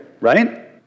right